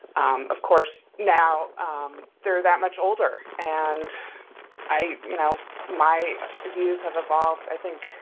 um of course, now um they're that much older. and i you know, my views have evolved, i think,